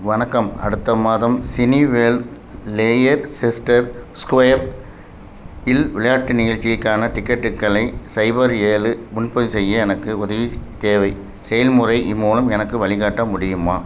வணக்கம் அடுத்த மாதம் சினிவேர்ல்ட் லேயர்செஸ்டர் ஸ்கொயர் இல் விளையாட்டு நிகழ்ச்சியைக் காண டிக்கெட்டுக்களை சைபர் ஏழு முன்பதிவு செய்ய எனக்கு உதவி தேவை செயல்முறை மூலம் எனக்கு வழிகாட்ட முடியுமா